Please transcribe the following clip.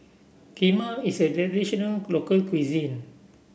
Kheema is a traditional local cuisine